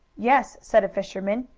yes, said a fisherman,